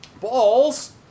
Balls